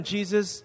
Jesus